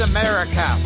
America